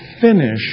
finish